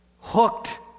hooked